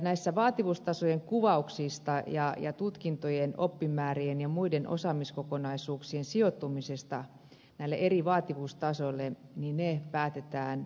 näistä vaativuustasojen kuvauksista ja tutkintojen oppimäärien ja muiden osaamiskokonaisuuksien sijoittumisesta näille eri vaativuustasoille päätetään asetuksella